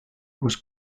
was